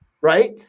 right